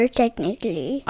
technically